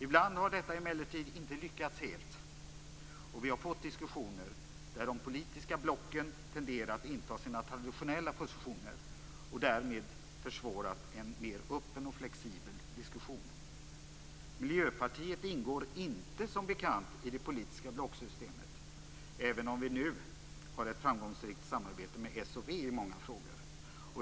Ibland har detta emellertid inte lyckats helt, och det har uppstått diskussioner där de politiska blocken tenderat att inta sina traditionella positioner och därmed försvåra en mer öppen och flexibel diskussion. Miljöpartiet ingår inte, som bekant, i det politiska blocksystemet, även om vi nu har ett framgångsrikt samarbete med Socialdemokraterna och Vänsterpartiet i många frågor.